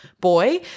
boy